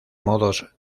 modos